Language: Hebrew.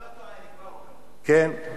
אז עדיף שאני לא אומר, אם ככה.